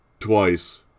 Twice